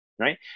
Right